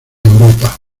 europa